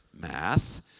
math